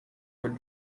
were